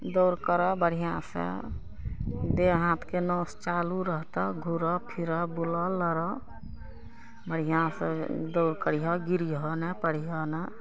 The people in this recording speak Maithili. दौड़ करऽ बढ़िआँ से देह हाथके नस चालू रहतऽ घुरऽ फिरऽ बुलऽ लड़ऽ बढ़िआँ चीज से दौड़ करियौ गिरीहऽ नहि पड़ीहऽ नहि